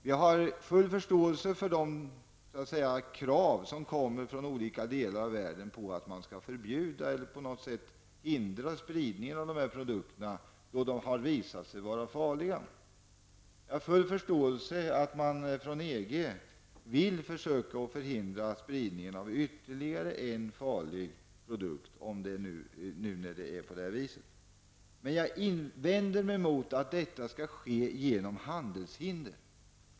Jag har full förståelse för de krav som reses i olika delar av världen på att man skall förbjuda snus eller på något sätt förhindra spridning av sådana produkter, då de har visat sig vara farliga. Jag har även full förståelse att man inom EG vill försöka förhindra spridning av ytterligare en farlig produkt. Men jag vänder mig emot att detta skall ske genom handelshinder.